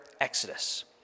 exodus